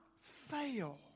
fail